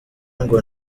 ngo